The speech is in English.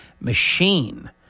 machine